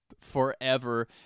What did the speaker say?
Forever